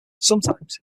sometimes